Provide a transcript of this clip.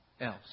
else